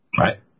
right